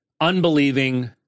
unbelieving